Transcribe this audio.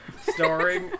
Starring